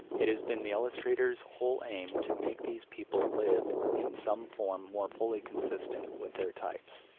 it has been the illustrator's whole aim to make these people live in some form more fully consistent with their types.